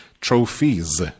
trophies